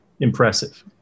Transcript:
impressive